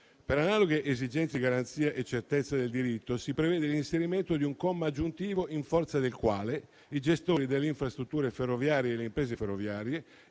Per analoghe esigenze di garanzia e certezza del diritto si prevede l'inserimento di un comma aggiuntivo, in forza del quale i gestori delle infrastrutture ferroviarie e le imprese ferroviarie,